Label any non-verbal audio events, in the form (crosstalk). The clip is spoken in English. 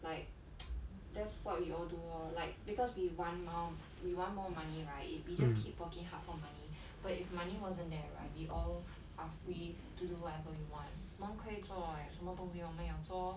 like (noise) that's what we all do lor like because we want mao~ we want more money right you just keep working hard for money but if money wasn't there right we all are free to do whatever we want 我们可以做 like 什么东西我们想做 lor